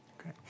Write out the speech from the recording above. Okay